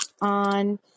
on